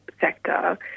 sector